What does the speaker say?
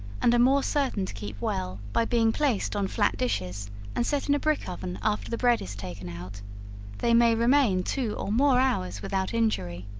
and are more certain to keep well, by being placed on flat dishes and set in a brick-oven after the bread is taken out they may remain two or more hours without injury.